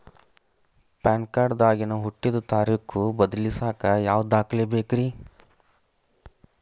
PAN card ದಾಗಿನ ಹುಟ್ಟಿದ ತಾರೇಖು ಬದಲಿಸಾಕ್ ಯಾವ ದಾಖಲೆ ಬೇಕ್ರಿ?